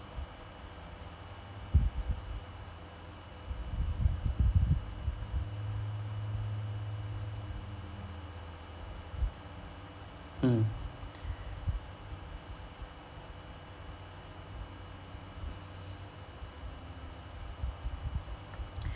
mm